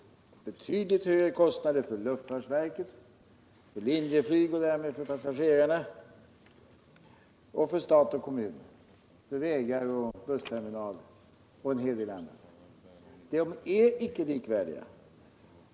Likaså blir det betydligt högre kostnader för luftfartsverket och för Linjeflyg — och därmed för passagerarna — samt för stat och kommun; det gäller vägar, bussterminal och en hel del annat. De båda flygplatserna är icke likvärdiga!